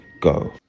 go